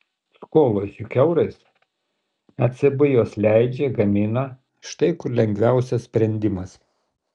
skolos juk eurais ecb juos leidžia gamina štai kur lengviausias sprendimas